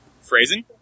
Phrasing